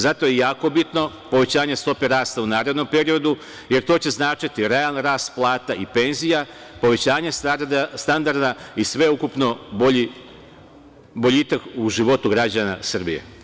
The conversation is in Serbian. Zato je jako bitno povećanje stope rasta u narednom periodu, jer to će značiti realan rast plata i penzija, povećanje standarda i sveukupno boljitak u životu građana Srbije.